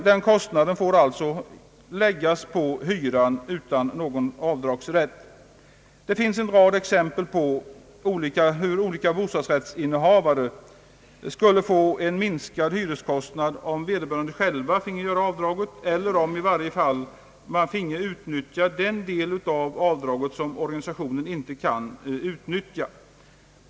Den kostnaden får alltså läggas på hyran utan någon avdragsrätt. Det finns en rad exempel på hur olika bostadsrättsinnehavare skulle få en minskad hyreskostnad om vederbörande själva finge göra avdraget eller om de i varje fall finge utnyttja den del av avdraget som organisationen inte kan utnyttja.